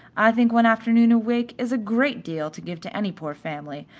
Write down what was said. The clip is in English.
i think one afternoon a week is a great deal to give to any poor family,